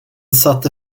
satte